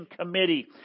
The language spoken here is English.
committee